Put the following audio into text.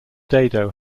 dado